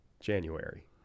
January